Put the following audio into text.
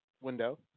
window